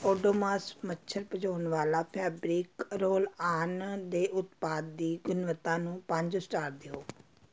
ਓਡੋਮਾਸ ਮੱਛਰ ਭਜਾਉਣ ਵਾਲਾ ਫੈਬਰਿਕ ਰੋਲ ਆਨ ਦੇ ਉਤਪਾਦ ਦੀ ਗੁਣਵੱਤਾ ਨੂੰ ਪੰਜ ਸਟਾਰ ਦਿਓ